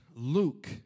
Luke